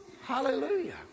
Hallelujah